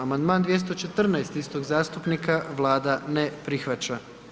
Amandman 214. istog zastupnika, Vlada ne prihvaća.